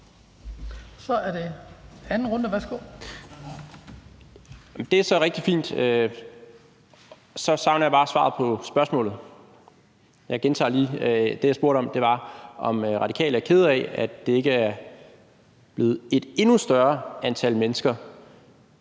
15:26 Rasmus Jarlov (KF): Det er så rigtig fint. Så savner jeg bare svaret på spørgsmålet. Jeg gentager lige. Det, jeg spurgte om, var, om Radikale er kede af, at det ikke er blevet et endnu større antal mennesker,